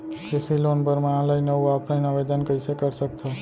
कृषि लोन बर मैं ऑनलाइन अऊ ऑफलाइन आवेदन कइसे कर सकथव?